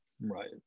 Right